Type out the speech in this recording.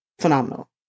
phenomenal